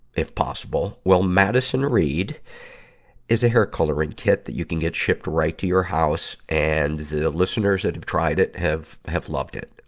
if possible. well, madison reed is a hair coloring kit that you can get shipped right to your house. and the listeners that have tried it have, have loved it.